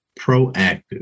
proactive